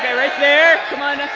right there.